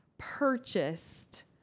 purchased